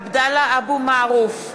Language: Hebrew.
עבדאללה אבו מערוף,